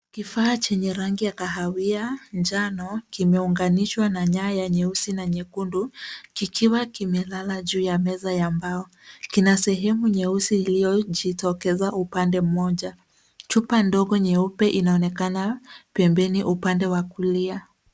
Kifaa chenye rangi ya kahawia njano kimeunganishwa na nyaya nyeusi na nyekundu kikiwa kimelala juu ya meza ya mbao. Kina sehemu nyeusi iliyojitokeza upande mmoja. Chupa ndogo nyeupe inaonekana pembeni upande wa kulia.